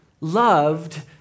loved